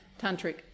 Tantric